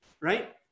right